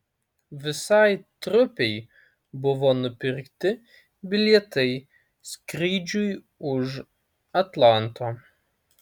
visai trupei buvo nupirkti bilietai skrydžiui už atlanto